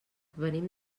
venim